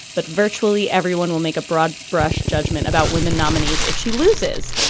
but virtually everyone will make a broad brush judgment about women nominees if she loses.